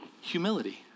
Humility